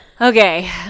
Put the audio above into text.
Okay